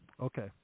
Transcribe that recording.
okay